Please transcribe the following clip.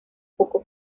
poco